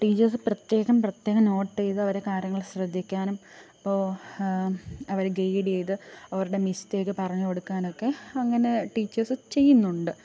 teachers പ്രത്യേകം പ്രത്യേകം note ചെയ്ത് അവരെ കാര്യങ്ങൾ ശ്രദ്ധിക്കാനും അപ്പോൾ അവരെ ഗൈഡ് ചെയ്ത് അവരുടെ മിസ്റ്റേക്ക് പറഞ്ഞു കൊടുക്കാനൊക്കെ അങ്ങനെ ടീച്ചേർസ് ചെയ്യുന്നുണ്ട്